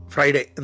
Friday